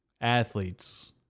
Athletes